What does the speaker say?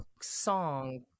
song